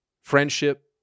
Friendship